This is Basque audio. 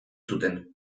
zuten